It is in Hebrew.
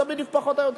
זה פחות או יותר.